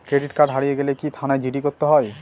Credit card হারিয়ে গেলে কি থানায় জি.ডি করতে হয়?